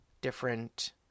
different